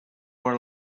were